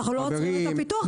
אנחנו לא עוצרים את הפיתוח.